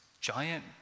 giant